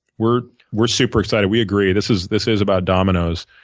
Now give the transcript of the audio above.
we're we're super excited. we agree. this is this is about dominos,